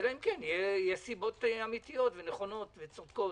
אלא אם כן יהיו סיבות נכונות וצודקות.